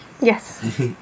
Yes